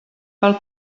pel